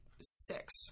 six